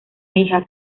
hija